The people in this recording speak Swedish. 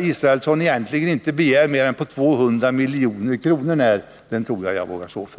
Israelsson begärde egentligen inte mer än en precisering på 200 miljoner när — tror jag att jag vågar stå för.